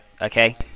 okay